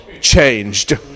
changed